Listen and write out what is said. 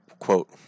quote